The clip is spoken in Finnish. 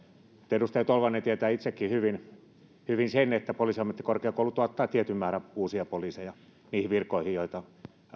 edustaja tolvanen tiedätte itsekin hyvin hyvin sen että poliisiammattikorkeakoulut tuottavat tietyn määrän uusia poliiseja niihin virkoihin joita